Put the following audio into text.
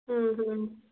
ହୁଁ ହୁଁ